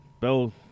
Bell